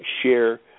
share